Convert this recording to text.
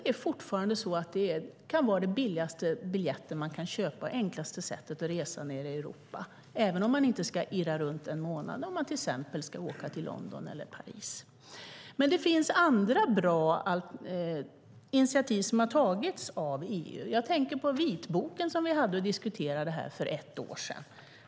Det är fortfarande så att det kan vara den billigaste biljett man kan köpa och det enklaste sättet att resa i Europa - även om man inte ska irra runt en månad när man till exempel ska åka till London eller Paris. Det finns dock andra bra initiativ som har tagits av EU. Jag tänker på den vitbok vi hade och diskuterade här för ett år sedan.